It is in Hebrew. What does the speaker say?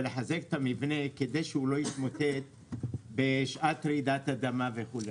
ולחזק את המבנה כדי שהוא לא יתמוטט בשעת רעידת אדמה וכו',